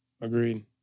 Agreed